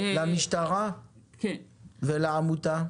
ולעמותה?